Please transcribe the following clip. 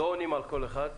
לא עונים על כל אחד.